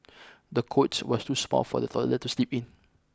the cots was too small for the toddler to sleep in